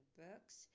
books